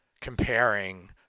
comparing